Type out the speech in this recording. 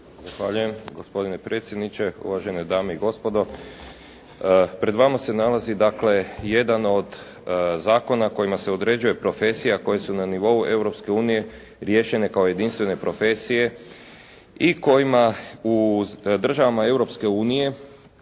gospodine predsjedniče, uvažene dame i gospodo. Pred vama se nalazi dakle jedan od zakona kojima se određuje profesije koje su na nivou Europske unije riješene kao jedinstvene profesije i kojima u državama